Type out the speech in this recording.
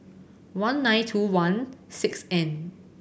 one nine two one six N